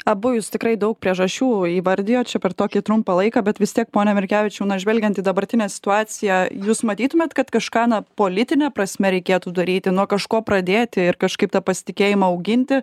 abu jūs tikrai daug priežasčių įvardijot čia per tokį trumpą laiką bet vis tiek pone merkevičiau na žvelgiant į dabartinę situaciją jūs matytumėt kad kažką na politine prasme reikėtų daryti nuo kažko pradėti ir kažkaip tą pasitikėjimą auginti